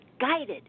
guided